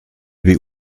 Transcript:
wie